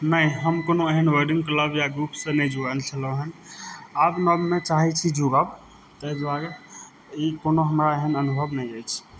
नहि हम कोनो एहन वर्डिंग क्लब या ग्रुपसे नहि जुड़ल छलहुॅं हँ आब नवमे चाहै छी जुड़ब ताहि दुआरे ई कोनो हमरा एहन अनुभव नहि अछि